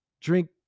Drink